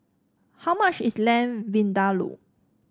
how much is Lamb Vindaloo